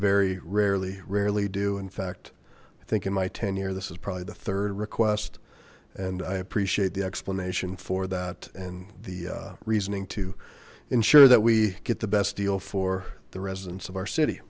very rarely rarely do in fact i think in my tenure this is probably the third request and i appreciate the explanation for the and the reasoning to ensure that we get the best deal for the residents of our city